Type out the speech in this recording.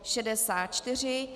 64.